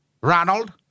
Ronald